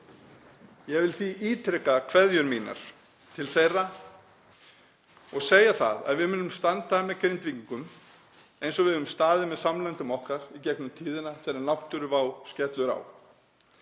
Ég vil því ítreka kveðjur mínar til þeirra og segja það að við munum standa með Grindvíkingum eins og við höfum staðið með samlöndum okkar í gegnum tíðina þegar náttúruvá skellur á.